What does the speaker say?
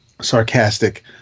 sarcastic